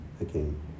again